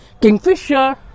Kingfisher